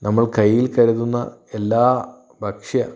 നമ്മൾ കയ്യിൽ കരുതുന്ന എല്ലാ ഭക്ഷ്യ